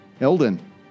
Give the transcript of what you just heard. Elden